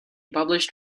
published